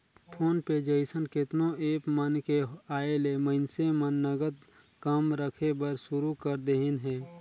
phone पे जइसन केतनो app मन के आयले मइनसे मन नगद कम रखे बर सुरू कर देहिन हे